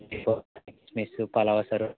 పలావ్ సరుకు